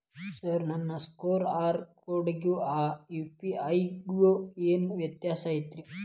Sir ನನ್ನ QR ಕೊಡಿಗೂ ಆ ಯು.ಪಿ.ಐ ಗೂ ಏನ್ ವ್ಯತ್ಯಾಸ ಐತ್ರಿ?